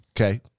Okay